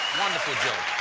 wonderful joke.